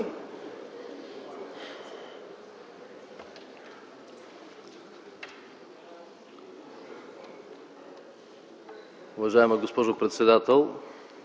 Уважаема госпожо председател,